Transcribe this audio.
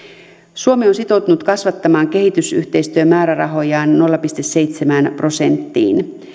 suomi on sitoutunut kasvattamaan kehitysyhteistyömäärärahojaan nolla pilkku seitsemään prosenttiin